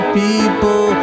people